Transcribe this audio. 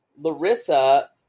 Larissa